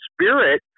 Spirit